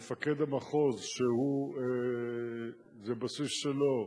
מפקד המחוז, שזה בסיס שלו,